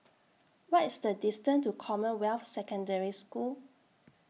What IS The distance to Commonwealth Secondary School